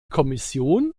kommission